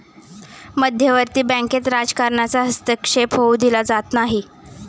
मध्यवर्ती बँकेत राजकारणाचा हस्तक्षेप होऊ दिला जात नाही